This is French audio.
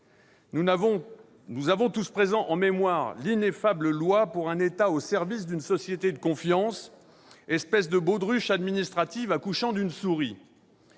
Nous avons tous en mémoire l'ineffable loi pour un État au service d'une société de confiance, espèce de baudruche administrative accouchant d'une souris